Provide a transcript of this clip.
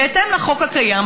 בהתאם לחוק הקיים,